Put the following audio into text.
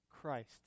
Christ